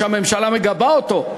שהממשלה מגבה אותו,